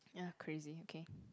ya crazy okay